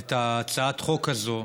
את הצעת החוק הזאת.